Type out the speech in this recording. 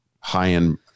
high-end